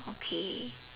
okay